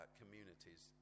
communities